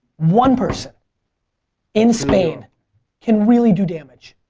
one person in spain can really do damage.